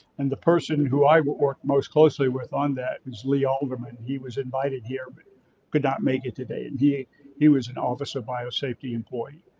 and the person who i worked most closely with on that is lee alderman. he was invited here, but could not make it today. and he he was an office of biosafety employee.